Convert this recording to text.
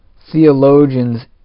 theologians